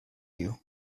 you